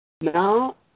Now